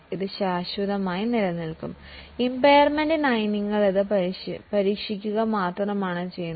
ഇത് ശാശ്വതമായി നിലനിൽക്കും ഇമ്പയർമെൻറ് പരീക്ഷിക്കുക മാത്രമാണ് ചെയ്യുന്നത്